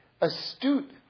astute